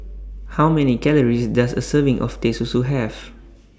How Many Calories Does A Serving of Teh Susu Have